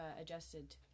adjusted